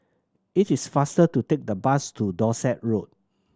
it is faster to take the bus to Dorset Road